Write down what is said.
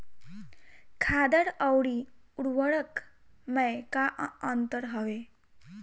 खादर अवरी उर्वरक मैं का अंतर हवे?